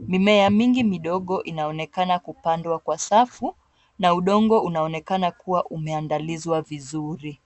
mimea mingi midogo inaonekana kupandwa kwa safu na udongo unaonekana kuwa umeandalizwa vizuri.